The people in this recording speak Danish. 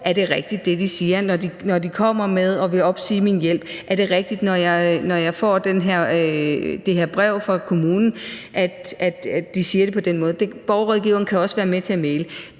Er det rigtigt, hvad de siger, når de kommer og vil opsige min hjælp? Er det rigtigt, når jeg får det her brev fra kommunen, at de siger det på den måde? Og borgerrådgiveren kan også være med til at mægle.